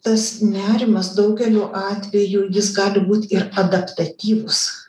tas nerimas daugeliu atvejų jis gali būt ir adaptatyvus